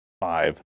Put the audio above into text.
five